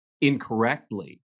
incorrectly